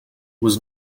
was